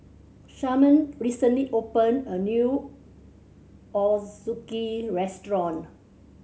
Sharman recently opened a new Ozuke restaurant